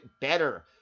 better